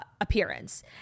appearance